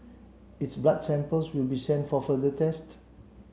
its blood samples will be sent for further tests